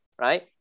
right